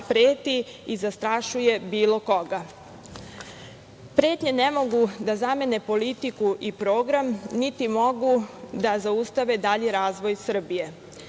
preti i zastrašuje bilo koga. Pretnje ne mogu da zamene politiku i program, niti mogu da zaustave dalji razvoj Srbije.